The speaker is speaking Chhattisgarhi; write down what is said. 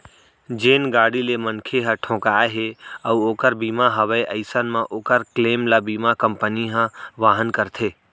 जेन गाड़ी ले मनखे ह ठोंकाय हे अउ ओकर बीमा हवय अइसन म ओकर क्लेम ल बीमा कंपनी ह वहन करथे